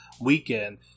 weekend